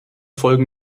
folgen